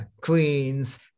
Queens